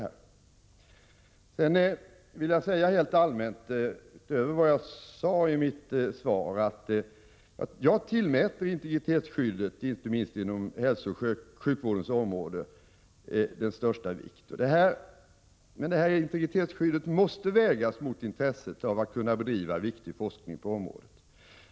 Utöver vad jag sade i mitt svar vill jag helt allmänt säga att jag tillmäter integritetsskyddet, inte minst inom hälsooch sjukvårdens område, största vikt. Men detta integritetsskydd måste vägas mot intresset av att kunna bedriva viktig forskning på området.